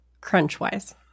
crunch-wise